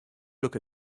look